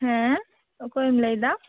ᱦᱮᱸᱻ ᱚᱠᱚᱭᱮᱢ ᱞᱟᱹᱭ ᱮᱫᱟ